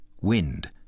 Wind